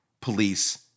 police